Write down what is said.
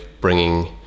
bringing